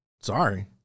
Sorry